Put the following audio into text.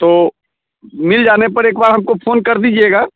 तो मिल जाने पर एक बार हमको फोन कर दीजिएगा